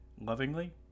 lovingly